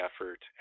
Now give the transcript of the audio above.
effort